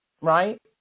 right